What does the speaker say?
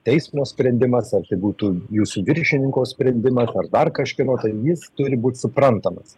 teismo sprendimas ar tai būtų jūsų viršininko sprendimas ar dar kažkieno jis turi būt suprantamas